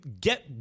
get